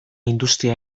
industria